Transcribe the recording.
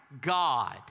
God